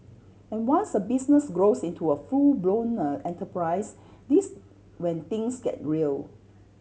and once a business grows into a full blown enterprise this when things get real